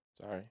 Sorry